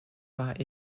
war